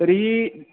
तर्हि